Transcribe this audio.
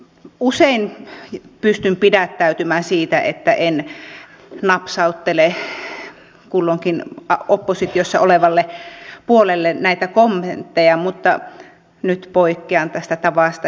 usein pystyn pidättäytymään siitä että napsauttelisin kulloinkin oppositiossa olevalle puolelle näitä kommentteja mutta nyt poikkean tästä tavasta